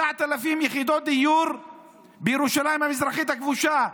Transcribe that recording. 9,000 יחידות דיור בירושלים המזרחית הכבושה,